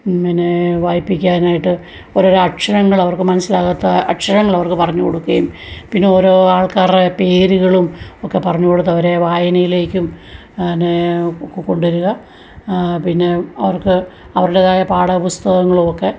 പിന്നെ വായിപ്പിക്കാനായിട്ട് ഓരോരോ അക്ഷരങ്ങളവർക്ക് മനസ്സിലാകാത്ത അക്ഷരങ്ങളവർക്ക് പറഞ്ഞ് കൊടുക്കുകയും പിന്നെ ഓരോ ആൾക്കാരുടെ പേരുകളും ഒക്കെ പറഞ്ഞുകൊടുത്തവരെ വായനയിലേക്കും പിന്നെ കൊണ്ടുവരിക പിന്നെ അവർക്ക് അവരുടേതായ പാഠപുസ്തകങ്ങളുമൊക്കെ